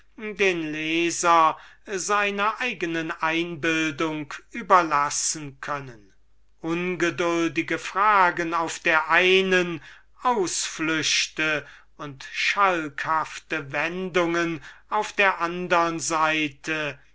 den leser seiner eignen einbildung überlassen können ungeduldige fragen auf der einen ausflüchte und schalkhafte wendungen auf der andern seite